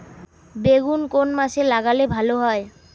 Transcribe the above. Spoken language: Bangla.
বেগুন কোন মাসে লাগালে ভালো হয়?